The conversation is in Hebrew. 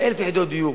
ב-1,000 יחידות דיור.